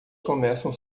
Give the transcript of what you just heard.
começam